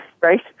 right